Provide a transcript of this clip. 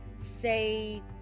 say